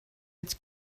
its